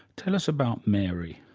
tell us about mary.